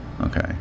Okay